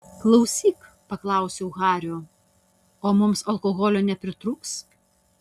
klausyk paklausiau hario o mums alkoholio nepritrūks